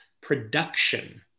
production